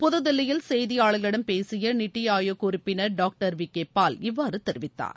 புதுதில்லியில் செய்தியாளர்களிடம் பேசிய நித்தி ஆயோக் உறுப்பினர் டாக்டர் விகேபால் இவ்வாறு தெரிவித்தார்